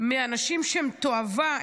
מאנשים שהם תועבה,